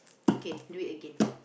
okay do it again